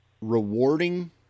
rewarding